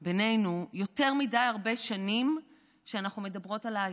בינינו, יותר מדי הרבה שנים שאנחנו מדברות עלייך.